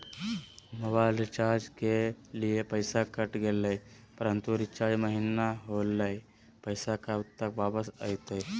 Mobile recharge के लिए पैसा कट गेलैय परंतु रिचार्ज महिना होलैय, पैसा कब तक वापस आयते?